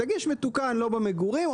תגיש מתוקן לא במגורים,